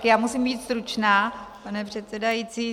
Já musím být stručná, pane předsedající.